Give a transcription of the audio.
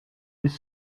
with